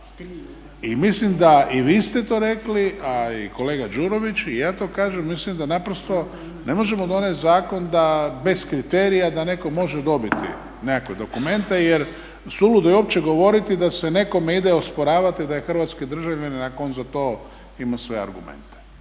I mislim da i vi ste to rekli, a i kolega Đurović i ja to kažemo mislim da naprosto ne možemo donijeti zakon da bez kriterija da netko može dobiti nekakve dokumente jer suludo je uopće govoriti da se nekome ide osporavati da je hrvatski državljanin ako on za to ima sve argumente.